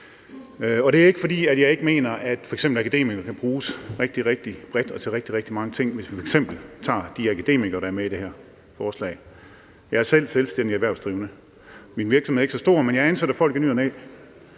det er ikke, fordi jeg ikke mener, at f.eks. akademikere kan bruges rigtig, rigtig bredt og til rigtig, rigtig mange ting, hvis vi f.eks. tager de akademikere, der nævnes i det her forslag. Jeg er selv selvstændig erhvervsdrivende. Min virksomhed er ikke så stor, men jeg ansætter folk i ny og næ,